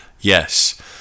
Yes